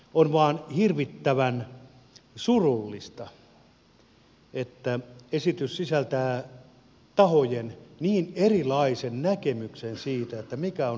on vain hirvittävän surullista että esitys sisältää tahojen niin erilaisen näkemyksen siitä mikä on oikea tie ja mikä on väärä tie